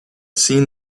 seen